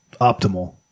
optimal